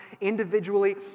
individually